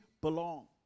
belong